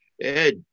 ed